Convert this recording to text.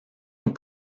aux